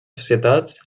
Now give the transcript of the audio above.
societats